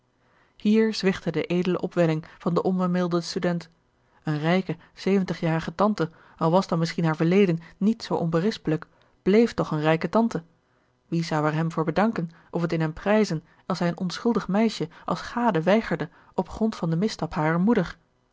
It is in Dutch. hier zwichtte de edele opwelling van den onbemiddelden student eene rijke zeventigjarige tante al was dan misschien haar verleden niet zoo onberispelijk bleef toch eene rijke tante wie zou er hem voor bedanken of het in hem prijzen als hij een onschuldig meisje als gade weigerde op grond van den misstap harer moeder